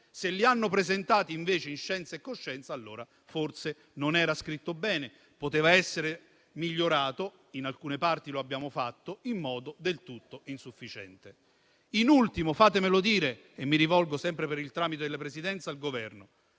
Se li hanno presentati, invece, in scienza e coscienza, allora forse il testo non era scritto bene e poteva essere migliorato in alcune parti. Noi abbiamo provato a farlo, purtroppo con esito insufficiente. In ultimo - fatemelo dire e mi rivolgo, sempre per il tramite della Presidenza, al Governo